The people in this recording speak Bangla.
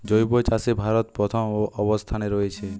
জৈব চাষে ভারত প্রথম অবস্থানে রয়েছে